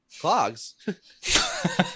Clogs